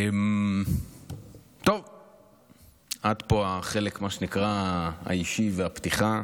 טוב, עד פה מה שנקרא החלק האישי והפתיחה,